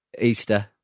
Easter